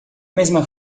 mesma